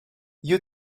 you